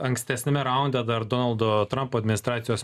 ankstesniame raunde dar donaldo trampo administracijos